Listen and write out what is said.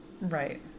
right